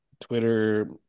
Twitter